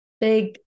big